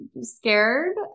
scared